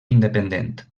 independent